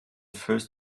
first